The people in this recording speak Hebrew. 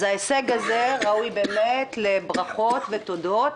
אז ההישג הזה ראוי באמת לברכות ותודות,